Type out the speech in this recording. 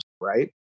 right